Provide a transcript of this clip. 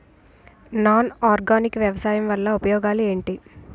Non organic వ్యవసాయం వల్ల ఉపయోగాలు ఏంటీ?